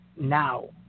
now